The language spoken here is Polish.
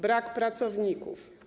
Brak pracowników.